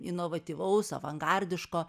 inovatyvaus avangardiško